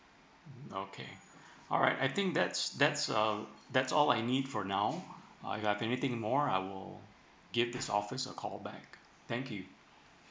okay alright I think that's that's um that's all I need for now I have anything more I'll give this office a call back thank you